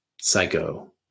Psycho